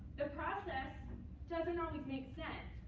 the process doesn't always make sense.